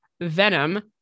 Venom